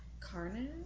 Carnage